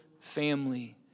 family